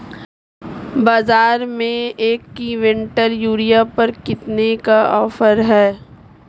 बाज़ार में एक किवंटल यूरिया पर कितने का ऑफ़र है?